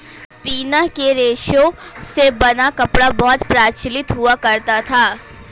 पिना के रेशे से बना कपड़ा बहुत प्रचलित हुआ करता था